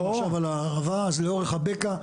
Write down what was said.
אז לאורך הבקע.